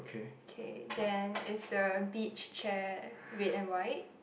okay then is the beach chair red and white